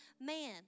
man